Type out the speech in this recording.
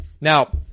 now